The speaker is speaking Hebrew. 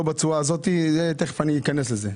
לא בצורה הזאת ותכף אני אכנס לזה,